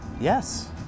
Yes